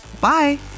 Bye